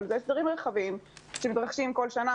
אבל אלה הסדרים רחבים שמתרחשים בכל שנה,